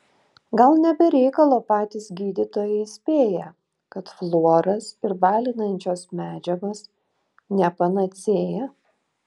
gal ne be reikalo patys gydytojai įspėja kad fluoras ir balinančios medžiagos ne panacėja